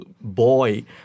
boy